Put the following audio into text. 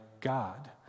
God